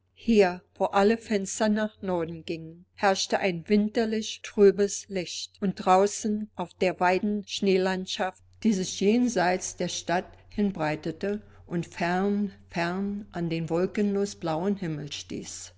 hier wo alle fenster nach norden gingen herrschte ein winterlich trübes licht und draußen auf der weiten schneelandschaft die sich jenseits der stadt hinbreitete und fern fern an den wolkenlos blauen himmel stieß